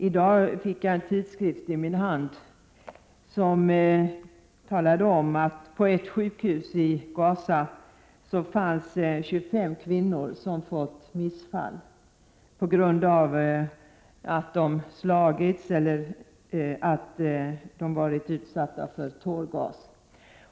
I dag fick jag en tidskrift i min hand där det sägs att det på ett sjukhus i Gaza fanns 25 kvinnor som fått missfall på grund av att de blivit slagna eller varit utsatta för tårgas.